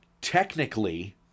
technically